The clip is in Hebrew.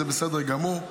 וזה בסדר גמור.